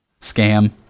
scam